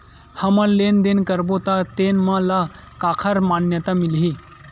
हमन लेन देन करबो त तेन ल काखर मान्यता मिलही?